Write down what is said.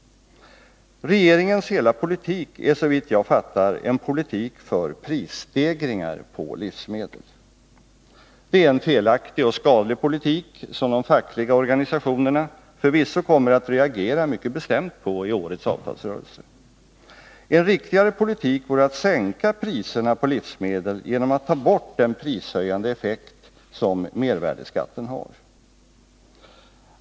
Regeringens hela politik är såvitt jag fattar en politik för prisstegringar på livsmedel. Det är en felaktig och skadlig politik, som de fackliga organisationerna förvisso kommer att reagera mycket bestämt emot i årets avtalsrörelse. En riktigare politik vore att sänka priserna på livsmedel genom att ta bort den prishöjande effekt som mervärdeskatten har.